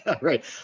Right